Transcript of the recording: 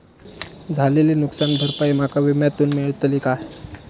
झालेली नुकसान भरपाई माका विम्यातून मेळतली काय?